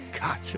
Gotcha